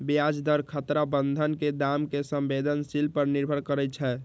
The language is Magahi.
ब्याज दर खतरा बन्धन के दाम के संवेदनशील पर निर्भर करइ छै